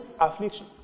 affliction